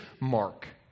mark